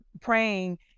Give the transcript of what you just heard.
praying